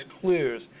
clues